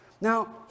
Now